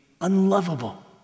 unlovable